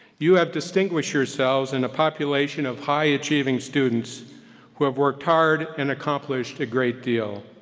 you have distinguished yourselves in a population of high achieving students who have worked hard and accomplished a great deal.